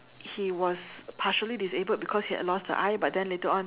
he was partially disabled because he had lost the eye but then later on